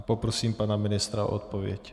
Poprosím pana ministra o odpověď.